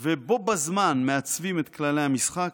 ובו-בזמן מעצבים את כללי המשחק,